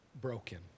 broken